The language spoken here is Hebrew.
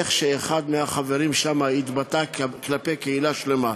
איך אחד מהחברים שם התבטא כלפי קהילה שלמה.